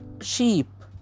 sheep